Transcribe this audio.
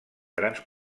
grans